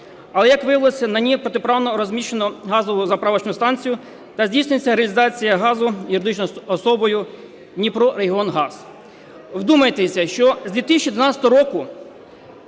Але, як виявилося, на ній протиправно розміщено газову заправочну станцію та здійснюється реалізація газу юридичною особою "Дніпрорегіонгаз". Вдумайтесь, що з 2012 року